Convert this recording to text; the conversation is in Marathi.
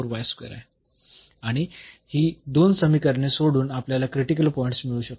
आणि ही दोन समीकरणे सोडवून आपल्याला क्रिटिकल पॉईंट्स मिळू शकतात